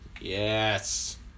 Yes